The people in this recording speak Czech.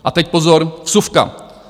A teď, pozor, vsuvka.